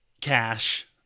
cash